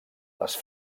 les